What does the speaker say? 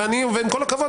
ועם כל הכבוד,